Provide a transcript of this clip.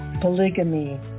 polygamy